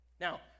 Now